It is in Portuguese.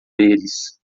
deles